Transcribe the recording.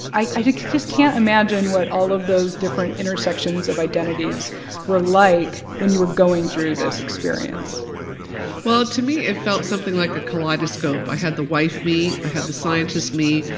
i i just just can't imagine what all of those different intersections of identities were like when you were going through this experience well, to me it felt something like a kaleidoscope. i had the wife me. i had the scientist me.